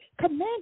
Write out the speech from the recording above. command